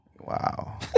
Wow